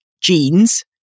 jeans